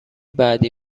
بعدی